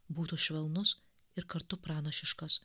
būtų švelnus ir kartu pranašiškas